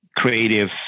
Creative